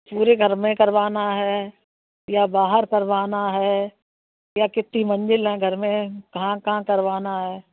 पूरे घर में करवाना है या बाहर करवाना है या कितनी मंजिल हैं घर में कहाँ कहाँ करवाना है